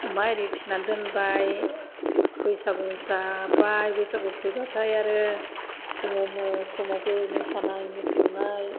अमा एरै फिनानै दोनबाय बैसागु जाबाय बैसागु फैबाथाय आरो जोङो समावबो मोसानाय मुसुरनाय